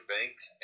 Banks